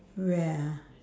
wear ah